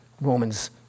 Romans